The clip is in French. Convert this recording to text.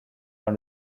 dans